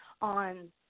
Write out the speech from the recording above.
on